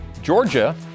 Georgia